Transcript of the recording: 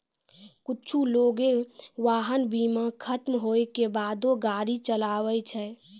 कुछु लोगें वाहन बीमा खतम होय के बादो गाड़ी चलाबै छै